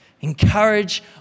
Encourage